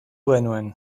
genuen